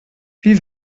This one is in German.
wie